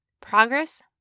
Progress